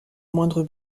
moindre